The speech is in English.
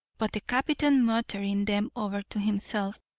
but the captain, muttering them over to himself,